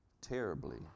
terribly